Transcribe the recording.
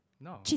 No